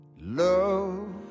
love